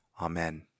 Amen